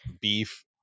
beef